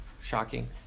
shocking